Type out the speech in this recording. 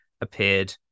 appeared